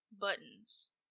Buttons